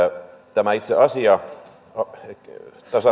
tämä itse asia tasa